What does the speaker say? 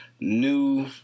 new